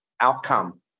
outcome